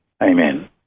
Amen